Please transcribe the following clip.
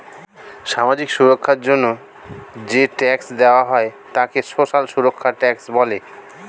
সামাজিক সুরক্ষার জন্য যে ট্যাক্স দেওয়া হয় তাকে সোশ্যাল সুরক্ষা ট্যাক্স বলে